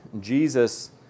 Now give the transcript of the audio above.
Jesus